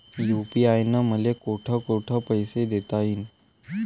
UPI न मले कोठ कोठ पैसे देता येईन?